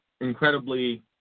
incredibly